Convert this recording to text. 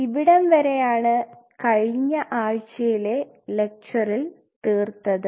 ഇവിടം വരെയാണ് കഴിഞ്ഞ ആഴ്ചയിലെ ലെക്ചറിൽ തീർത്തത്